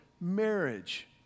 marriage